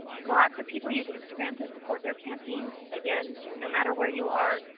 lots of people use instagram to support their campaigns. again, no matter where you are,